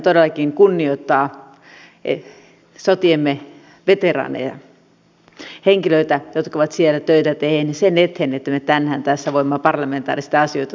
tehtävämme on todellakin kunnioittaa sotiemme veteraaneja henkilöitä jotka ovat siellä töitä tehneet sen eteen että me tänään tässä voimme parlamentaarisesti asioita suomessa päättää